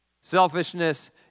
Selfishness